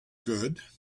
good